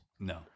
No